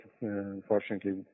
Unfortunately